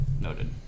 Noted